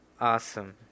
Awesome